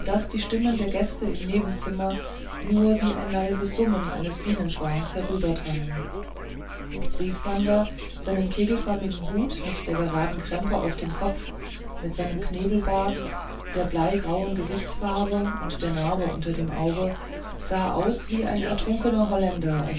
die stimmen der gäste im nebenzimmer nur wie das leise summen eines bienenschwarms herüberdrangen vrieslander seinen kegelförmigen hut mit der geraden krempe auf dem kopf mit seinem knebelbart der bleigrauen gesichtsfarbe und der narbe unter dem auge sah aus wie ein ertrunkener holländer aus